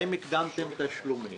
האם הקדמתם תשלומים?